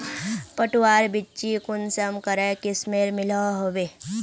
पटवार बिच्ची कुंसम करे किस्मेर मिलोहो होबे?